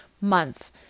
month